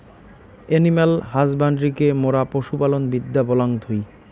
animal হাসব্যান্ড্রিকে মোরা পশু পালন বিদ্যা বলাঙ্গ থুই